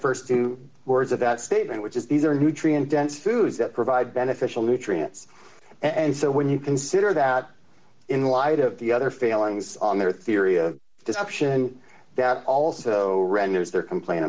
the st two words of that statement which is these are nutrient dense foods that provide beneficial nutrients and so when you consider that in light of the other failings on their theory of deception that also renders their complain